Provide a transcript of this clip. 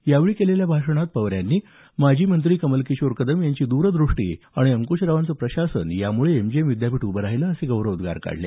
यावेळी केलेल्या भाषणात पवार यांनी माजी मंत्री कमलकिशोर कदम यांची द्रदृष्टी आणि अंकुशरावांचं प्रशासन यामुळे एमजीएम विद्यापीठ उभं राहिलं असे गौरवोद्गार काढले